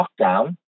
lockdown